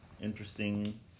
interesting